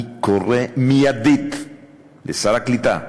אני קורא לשר הקליטה,